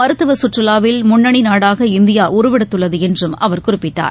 மருத்துவசுற்றுவாவில் முன்னணிநாடாக இந்தியாஉருவெடுத்துள்ளதுஎன்றும் அவர் குறிப்பிட்டார்